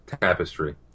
tapestry